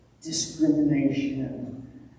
discrimination